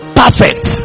perfect